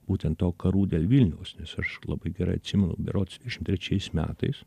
būtent to karų dėl vilniaus nes aš labai gerai atsimenu berods trečiais metais